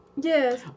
Yes